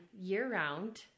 year-round